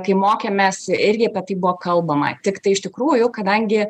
kai mokėmės irgi tai buvo kalbama tiktai iš tikrųjų kadangi